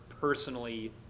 personally